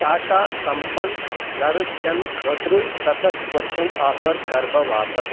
ٹاٹا سمپَن زرٕد چنہٕ خٲطرٕ سَتَتھ پٔرسنٹ آفر کَرٕ بہٕ واپس